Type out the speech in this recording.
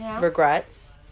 regrets